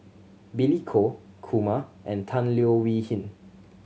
Billy Koh Kumar and Tan Leo Wee Hin